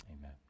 Amen